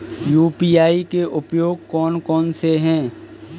UPI के उपयोग कौन कौन से हैं?